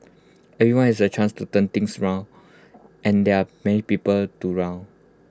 everyone has A chance to turn things around and there are many people to round